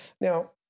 Now